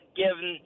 given